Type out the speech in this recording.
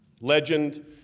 legend